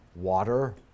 water